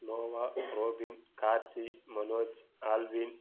Noah Robin Karthi Manoj Alvin